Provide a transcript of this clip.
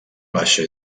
baixa